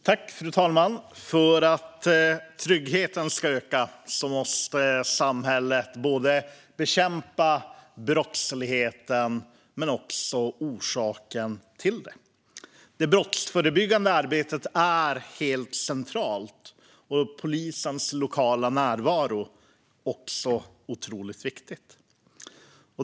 Fru talman! För att tryggheten ska öka måste samhället bekämpa brottsligheten men också orsaken till brottsligheten. Det brottsförebyggande arbetet är helt centralt. Polisens lokala närvaro är också otroligt viktig.